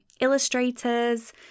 Illustrators